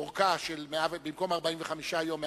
במקום 45 יום,